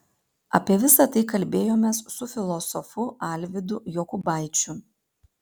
apie visa tai kalbėjomės su filosofu alvydu jokubaičiu